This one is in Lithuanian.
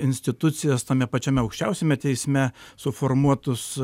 institucijas tame pačiame aukščiausiame teisme suformuotus